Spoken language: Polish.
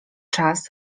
czas